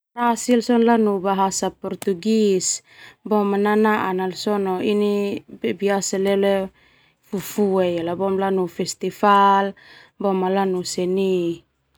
Bahasa Portugis boma nanaa sona biasa leleo fufue lanu festival boema lanu seni.